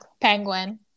penguin